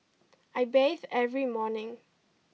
I bathe every morning